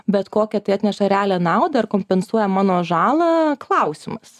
bet kokią tai atneša realią naudą ar kompensuoja mano žalą klausimas